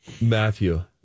Matthew